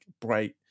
bright